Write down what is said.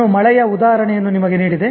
ನಾನು ಮಳೆಯ ಉದಾಹರಣೆಯನ್ನು ನಿಮಗೆ ನೀಡಿದೆ